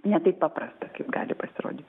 ne taip paprasta gali pasirodyt